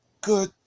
good